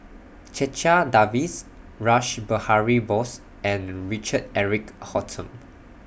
Checha Davies Rash Behari Bose and Richard Eric Holttum